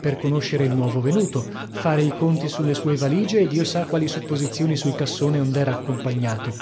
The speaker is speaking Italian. per conoscere il nuovo venuto fare i conti sulle sue valigie e dio sa quali supposizioni sul cassone ond'era accompagnato